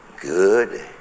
good